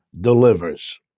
delivers